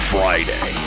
Friday